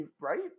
right